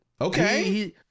Okay